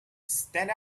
stand